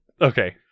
Okay